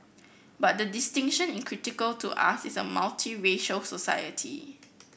but the distinction in critical to us in a multiracial society